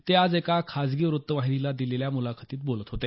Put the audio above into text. ते आज एका खाजगी व्रत्तवाहिनीला दिलेल्या मूलाखतीत बोलत होते